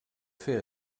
fer